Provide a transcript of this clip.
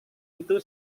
itu